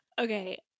Okay